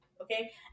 Okay